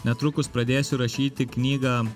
netrukus pradėsiu rašyti knygą